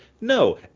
No